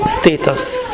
status